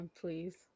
please